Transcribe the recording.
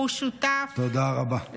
תודה רבה.